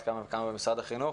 אז על אחת כמה וכמה במשרד החינוך.